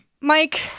mike